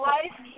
Life